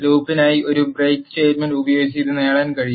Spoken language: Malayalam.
ലൂപ്പിനായി ഒരു ബ്രേക്ക് സ്റ്റേറ്റ്മെന്റ് ഉപയോഗിച്ച് ഇത് നേടാൻ കഴിയും